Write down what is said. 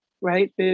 right